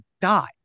died